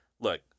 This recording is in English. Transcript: Look